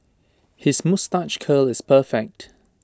his moustache curl is perfect